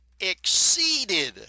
exceeded